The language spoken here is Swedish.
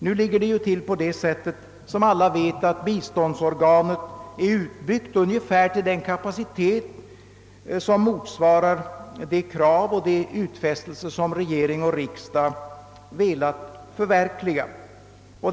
Nu ligger det ju, som alla vet, till på det sättet att biståndsorganet har utbyggts ungefär till den kapacitet som motsvarar de krav som regering och riksdag ställt och de utfästelser vi gjort.